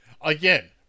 again